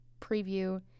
preview